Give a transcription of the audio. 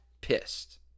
pissed